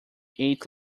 ate